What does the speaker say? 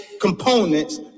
components